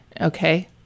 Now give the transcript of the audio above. Okay